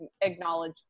acknowledge